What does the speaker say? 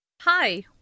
Hi